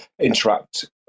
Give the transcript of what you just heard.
interact